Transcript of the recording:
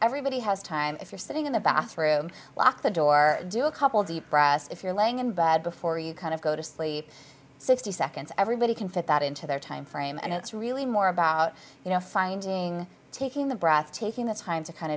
everybody has time if you're sitting in the bathroom lock the door do a couple deep breaths if you're laying in bed before you kind of go to sleep sixty seconds everybody can fit that into their time frame and it's really more about you know finding taking the breath taking the time to kind